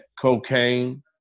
cocaine